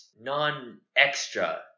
non-extra